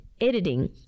editing